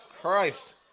Christ